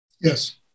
Yes